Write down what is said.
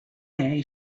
day